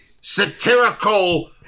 satirical